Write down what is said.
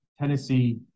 Tennessee